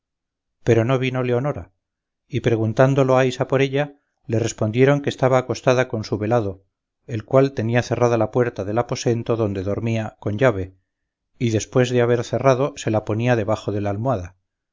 pero no vino leonora y preguntando loaysa por ella le respondieron que estaba acostada con su velado el cual tenía cerrada la puerta del aposento donde dormía con llave y después de haber cerrado se la ponía debajo de la almohada